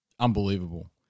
Unbelievable